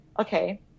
okay